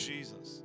Jesus